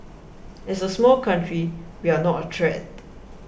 as a small country we are not a threat